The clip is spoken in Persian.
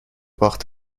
باخت